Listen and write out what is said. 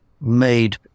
made